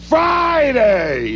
Friday